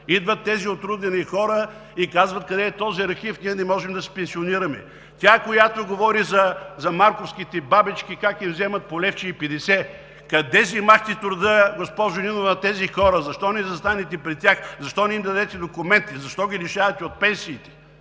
Идват тези отрудени хора и казват: къде е този архив, ние не можем да се пенсионираме. Тя, която говори за марковските бабички как им вземат по левче и петдесет. Къде взехте труда, госпожо Нинова, на тези хора? Защо не застанете пред тях? Защо не им дадете документи? Защо ги лишавате от пенсиите,